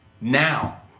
Now